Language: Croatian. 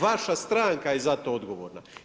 Vaša stranka je za to odgovorna.